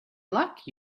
luck